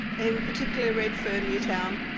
in particular red fern, newtown,